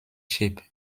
ship